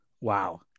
Wow